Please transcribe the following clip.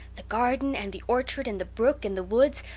the garden and the orchard and the brook and the woods,